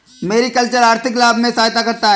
mariculture आर्थिक लाभ में सहायता करता है